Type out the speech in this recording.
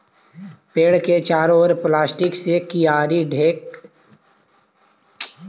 पेड़ के चारों ओर प्लास्टिक से कियारी ढँक देवल जा हई